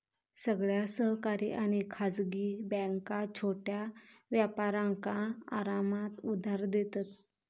सगळ्या सरकारी आणि खासगी बॅन्का छोट्या व्यापारांका आरामात उधार देतत